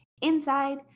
inside